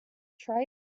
try